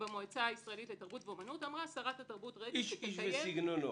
במועצה הישראלית לתרבות ואומנות- - איש איש וסגנונו.